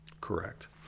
Correct